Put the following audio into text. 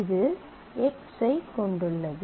இது X ஐ கொண்டுள்ளது